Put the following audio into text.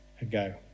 ago